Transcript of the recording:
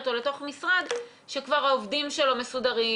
או לתוך משרד שכבר העובדים שלו מסודרים,